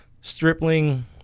Stripling